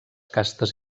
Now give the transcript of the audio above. castes